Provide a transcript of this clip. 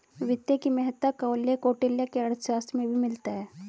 वित्त की महत्ता का उल्लेख कौटिल्य के अर्थशास्त्र में भी मिलता है